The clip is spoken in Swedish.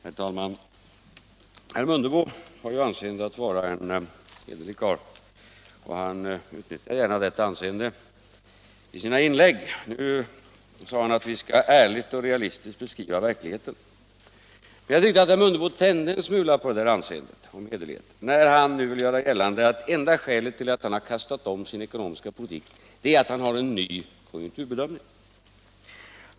Herr talman! Herr Mundebo har ju anseende att vara en hederlig karl, och han utnyttjar gärna detta anseende i sina inlägg. Nu sade han att vi skall ärligt och realistiskt beskriva verkligheten. Men jag tycker att herr Mundebo tänjde en smula på det här anseendet om hederlighet när han nu ville göra gällande att enda skälet till att han kastat om sin ekonomiska politik är att han har en ny konjunkturbedömning.